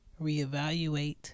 reevaluate